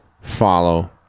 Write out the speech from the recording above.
follow